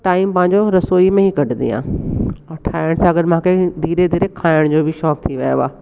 time पंहिंजो रसोई में ई कढंदी आंहियां अगरि ठाहिण सां अगरि मूंखे धीरे धीरे खाइण जो बि शौंक़ु थी वियो आहे